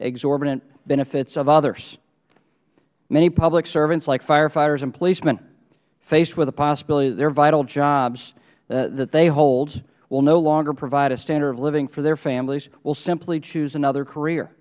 exorbitant benefits of others many public servants like firefighters and policemen faced with the possibility that their vital jobs that they hold will no longer provide a standard of living for their families will simply choose another career